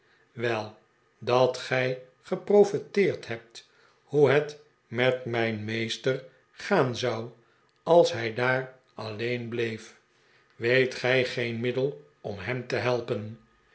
wei dat gij geprofeteerd hebt hoe het met mijn meester gaan zou als hij daar alleen bleef weet gij geen middel om hem te helpen